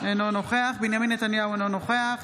אינו נוכח בנימין נתניהו, אינו נוכח